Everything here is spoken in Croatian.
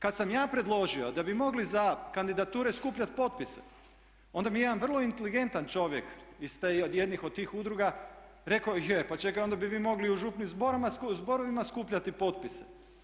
Kad sam ja predložio da bi mogli za kandidature skupljat potpise, onda mi je jedan vrlo inteligentan čovjek iz jednih od tih udruga rekao je pa čekaj, onda bi vi mogli u župnim zborovima skupljati potpise.